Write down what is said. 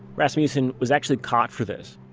rasmussen was actually caught for this.